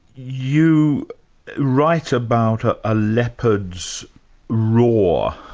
you write about a leopard's roar,